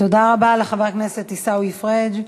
תודה רבה לחבר הכנסת עיסאווי פריג'.